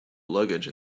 luggage